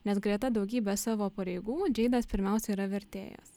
nes greta daugybės savo pareigų džeidas pirmiausia yra vertėjas